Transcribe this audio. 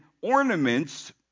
ornaments